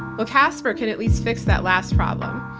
well casper can at least fix that last problem.